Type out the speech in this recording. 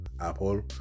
Apple